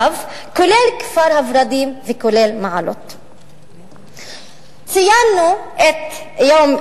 אינם פליטים אלא מהגרי עבודה השואפים להעלות את רמת